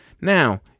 Now